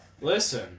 Listen